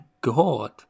God